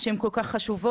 שהן כל כך חשובות.